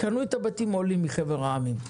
קנו את הבתים עולים מחבר העמים,